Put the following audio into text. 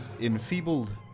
enfeebled